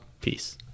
Peace